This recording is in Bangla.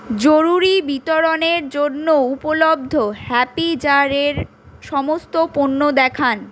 জরুরি বিতরণের জন্য উপলব্ধ হ্যাপি জার এর সমস্ত পণ্য দেখান